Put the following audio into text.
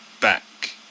back